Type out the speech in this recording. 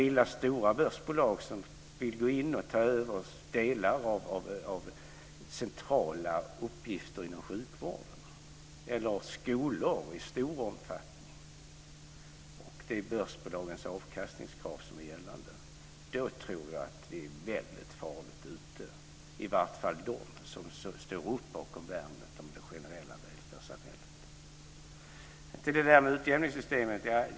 Bildar man stora börsbolag som vill gå in och i stor omfattning ta över delar av centrala uppgifter inom sjukvård eller skola och det är börsbolagens avkastningskrav som är gällande tror jag att vi är farligt ute, i varje fall de som står upp bakom värnet av det generella välfärdssamhället. Så till utjämningssystemet.